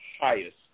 highest